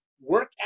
work